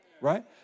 right